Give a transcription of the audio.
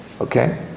okay